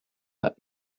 let